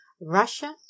Russia